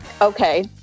okay